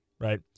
right